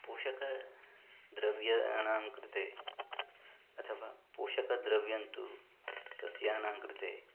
पोषक द्रव्याणां कृते अथवा पोषकद्रव्यं तु सस्यानां कृते